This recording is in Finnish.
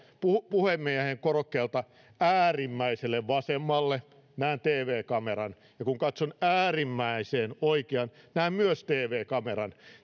puhemiehen korokkeelta äärimmäiselle vasemmalle näen tv kameran ja kun katson äärimmäiselle oikeaan näen myös tv kameran